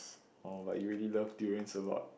oh but you rally love durians a lot